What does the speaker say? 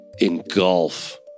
engulf